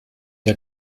der